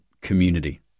community